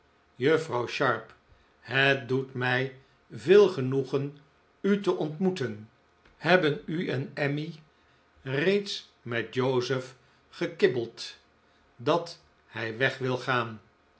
juffrouw sharp het doet mij veel genoegen u te ontmoeten hebben u en emmy reeds met joseph gekibbeld dat hij weg wil gaan